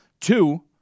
two